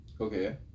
okay